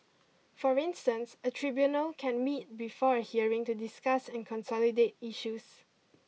for instance a tribunal can meet before a hearing to discuss and consolidate issues